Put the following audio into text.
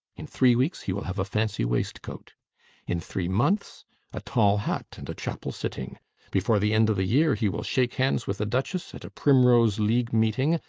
in three weeks he will have a fancy waistcoat in three months a tall hat and a chapel sitting before the end of the year he will shake hands with a duchess at a primrose league meeting,